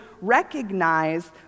recognize